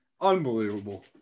unbelievable